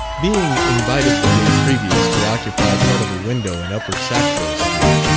being invited the day previous to occupy part of a window in upper sackville street,